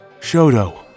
Shodo